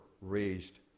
raised